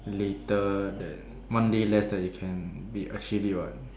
later then one day less that you can be actually what